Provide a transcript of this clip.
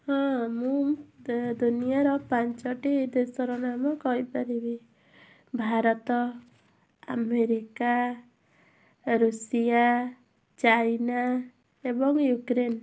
ହଁ ମୁଁ ଦୁନିଆର ପାଞ୍ଚଟି ଦେଶର ନାମ କହିପାରିବି ଭାରତ ଆମେରିକା ଋଷିଆ ଚାଇନା ଏବଂ ୟୁକ୍ରେନ୍